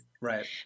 Right